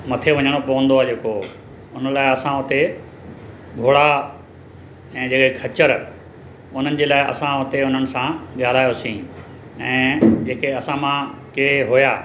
मथे वञिणो पवंदो आहे जेको हुन लाइ असां हुते घोड़ा ऐं जेके खच्चर उन्हनि जे लाइ असां हुते उन्हनि सां वियारायोसीं ऐं जेके असां मां के हुआ